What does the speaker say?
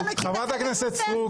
אתה מכיר את צוות שוסטר?